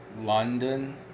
London